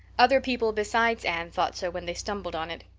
other people besides anne thought so when they stumbled on it.